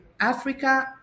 africa